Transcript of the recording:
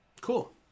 Cool